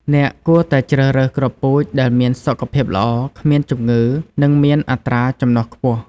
អ្នកគួរតែជ្រើសរើសគ្រាប់ពូជដែលមានគុណភាពល្អ គ្មានជំងឺ និងមានអត្រាចំណុះខ្ពស់។